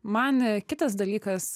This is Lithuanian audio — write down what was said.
man a kitas dalykas